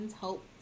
hope